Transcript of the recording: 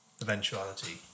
eventuality